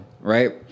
right